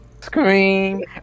Scream